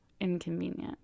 inconvenient